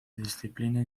disciplina